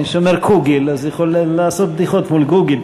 מי שאומר "קוגל" יכול לעשות בדיחות מ"גוגל".